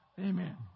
Amen